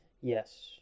Yes